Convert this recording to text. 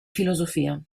filosofia